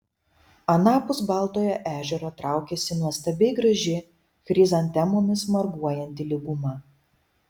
anapus baltojo ežero traukėsi nuostabiai graži chrizantemomis marguojanti lyguma